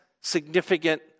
significant